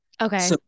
Okay